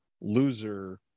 loser